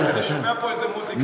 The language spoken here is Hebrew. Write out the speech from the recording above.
אני שומע פה איזה מוזיקה,